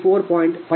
ನೀವು Pg1 184